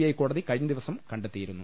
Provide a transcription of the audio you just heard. I കോടതി കഴിഞ്ഞ ദിവസം കണ്ടെത്തിയിരുന്നു